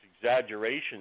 exaggerations